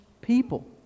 people